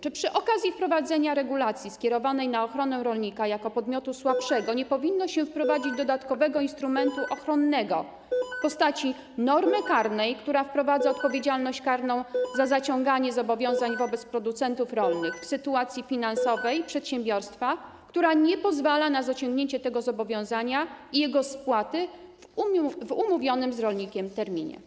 Czy przy okazji wprowadzenia regulacji ukierunkowanej na ochronę rolnika jako podmiotu słabszego nie powinno się wprowadzić dodatkowego instrumentu ochronnego w postaci normy karnej, która wprowadza odpowiedzialność karną za zaciąganie zobowiązań wobec producentów rolnych w sytuacji finansowej przedsiębiorstwa, która nie pozwala na zaciągnięcie tego zobowiązania i jego spłatę w umówionym z rolnikiem terminie?